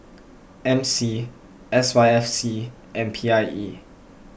M C S Y F C and P I E